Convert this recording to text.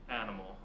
animal